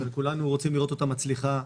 וכולנו רוצים לראות אותה מצליחה.